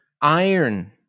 Iron